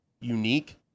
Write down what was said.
unique